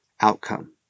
outcome